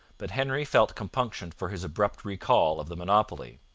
but henry felt compunction for his abrupt recall of the monopoly.